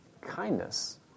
kindness